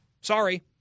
Sorry